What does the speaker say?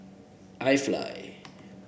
IFly